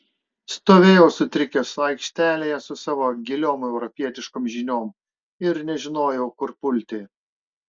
stovėjau sutrikęs aikštelėje su savo giliom europietiškom žiniom ir nežinojau kur pulti